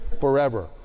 forever